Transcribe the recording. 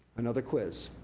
another quiz.